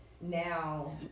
now